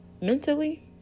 Mentally